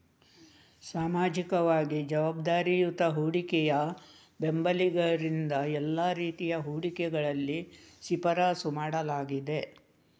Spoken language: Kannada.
ಸಾಮಾಜಿಕವಾಗಿ ಜವಾಬ್ದಾರಿಯುತ ಹೂಡಿಕೆಯ ಬೆಂಬಲಿಗರಿಂದ ಎಲ್ಲಾ ರೀತಿಯ ಹೂಡಿಕೆಗಳಲ್ಲಿ ಶಿಫಾರಸು ಮಾಡಲಾಗಿದೆ